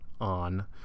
on